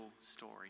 story